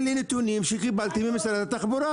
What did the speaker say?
אלה נתונים שקיבלתי ממשרד התחבורה.